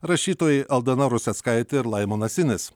rašytojai aldona ruseckaitė ir laimonas inis